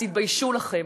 אז תתביישו לכם,